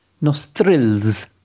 nostrils